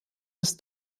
des